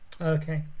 Okay